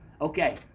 Okay